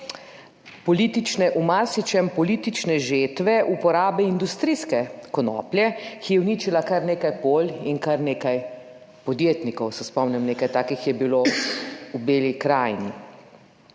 politiko, v marsičem politične žetve, uporabe industrijske konoplje, ki je uničila kar nekaj polj in kar nekaj podjetnikov se spomnim, nekaj takih je bilo v Beli krajini